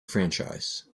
franchise